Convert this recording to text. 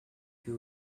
who